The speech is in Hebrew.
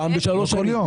פעם בשלוש שנים.